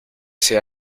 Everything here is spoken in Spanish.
ese